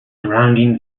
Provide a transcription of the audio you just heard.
surrounding